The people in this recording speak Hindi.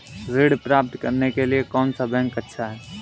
ऋण प्राप्त करने के लिए कौन सा बैंक अच्छा है?